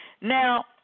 Now